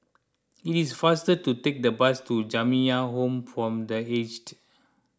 it is faster to take the bus to Jamiyah Home for the Aged